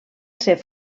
ser